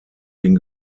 den